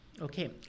Okay